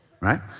right